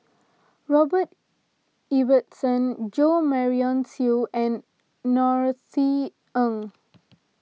Robert Ibbetson Jo Marion Seow and Norothy Ng